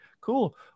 cool